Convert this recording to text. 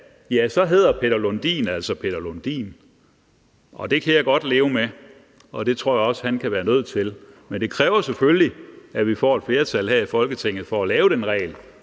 da hedder Peter Lundin altså Peter Lundin, og det kan jeg godt leve med, og det tror jeg også at han kan blive nødt til. Men det kræver selvfølgelig, at vi får et flertal her i Folketinget for at lave den regel